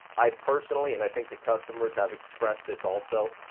i personally, and i think the customers have expressed this also,